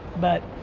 but